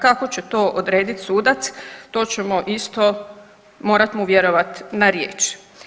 Kako će to odredit sudac, to ćemo isto morat mu vjerovat na riječ.